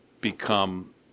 become